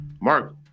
Mark